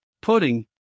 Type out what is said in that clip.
pudding